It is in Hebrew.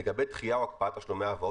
לגבי דחייה או הקפאת תשלומי הלוואות